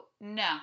no